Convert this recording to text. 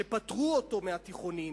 שפטרו אותו מהתיכונים,